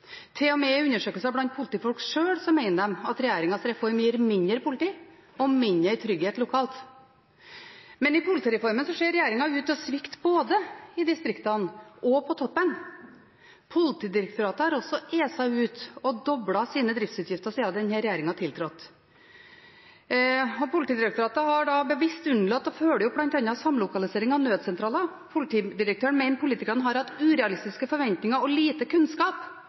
undersøkelser blant politifolk sjøl viser at de mener at regjeringens reform gir mindre politi og mindre trygghet lokalt. Men i politireformen ser regjeringen ut til å svikte både i distriktene og på toppen. Politidirektoratet har også est ut og doblet driftsutgiftene sine siden denne regjeringen tiltrådte, og Politidirektoratet har bevisst unnlatt å følge opp bl.a. samlokalisering av nødsentraler. Politidirektøren mener politikerne har hatt urealistiske forventninger og lite kunnskap,